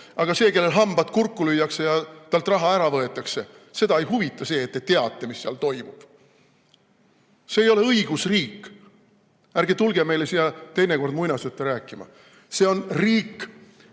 aga see, kellel hambad kurku lüüakse ja talt raha ära võetakse, teda ei huvita see, et te teate, mis seal toimub. See ei ole õigusriik. Ärge tulge meile siia teinekord muinasjutte rääkima. See on riik,